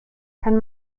kann